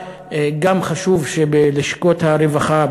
גם חשוב שבלשכות הרווחה,